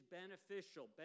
beneficial